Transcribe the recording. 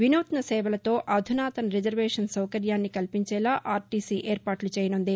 వినూత్న సేవలతో ఆధునాతన రిజర్వేషన్ సౌకర్యాన్ని కల్పించేలా ఆర్టీసీ ఏర్పాటు చేయనుంది